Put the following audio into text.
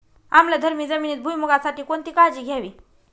आम्लधर्मी जमिनीत भुईमूगासाठी कोणती काळजी घ्यावी?